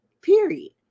Period